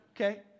okay